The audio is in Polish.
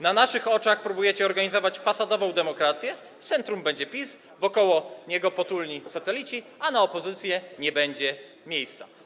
Na naszych oczach próbujecie organizować fasadową demokrację: w centrum będzie PiS, wokół jego potulni satelici, a na opozycję nie będzie miejsca.